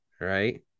right